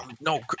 No